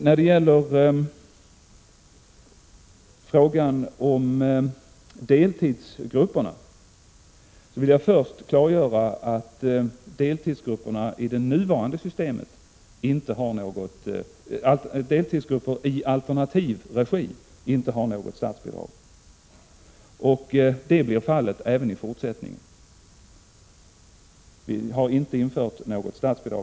När det gäller frågan om deltidsgrupper vill jag först klargöra att deltidsgrupperna i alternativ regi inte har något statsbidrag. Så blir fallet även i fortsättningen. Vi har inte infört något statsbidrag.